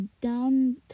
down